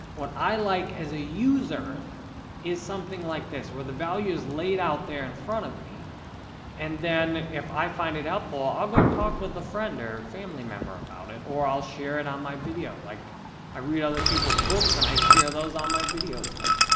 what i like as a user is something like this where the value is laid out there in front of me and then, if i find it helpful, i'll go talk with a friend or family member about it or i'll share it and on my video. like i read other people's books and i share those on my videos then.